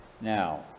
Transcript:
Now